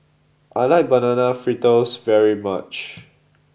I like Banana Fritters very much